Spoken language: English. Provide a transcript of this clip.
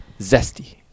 Zesty